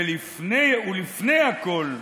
ולפני הכול,